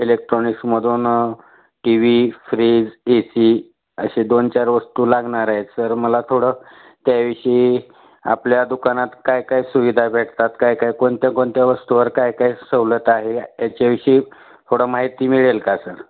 इलेक्ट्रॉनिक्समधून T V fridge A C असे दोन चार वस्तू लागणार आहे सर मला थोडं त्याविषयी आपल्या दुकानात काय काय सुविधा भेटतात काय काय कोणत्या कोणत्या वस्तूवर काय काय सवलत आहे याच्याविषयी थोडं माहिती मिळेल का सर